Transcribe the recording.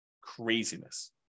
Craziness